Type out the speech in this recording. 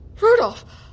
Rudolph